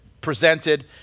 presented